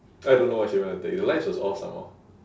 I don't know what she want take the lights was off some more